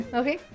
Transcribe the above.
okay